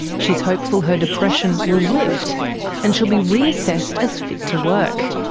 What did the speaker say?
she's hopeful her depression will lift and she'll be reassessed as fit to work.